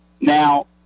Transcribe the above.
Now